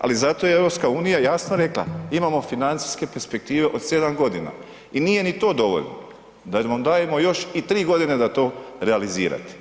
Ali zato je EU jasno rekla, imamo financijske perspektive od 7 godina i nije ni to dovoljno, da vam dajemo još i tri godine da to realizirate.